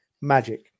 Magic